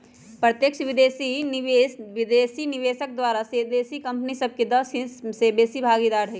प्रत्यक्ष विदेशी निवेश विदेशी निवेशक द्वारा देशी कंपनी में दस हिस्स से बेशी भागीदार हइ